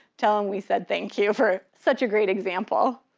tell him we said thank you for such a great example.